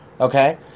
okay